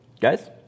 Guys